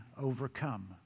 overcome